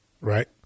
Right